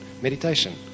meditation